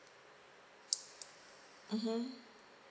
mmhmm